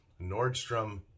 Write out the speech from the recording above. Nordstrom